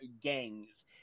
gangs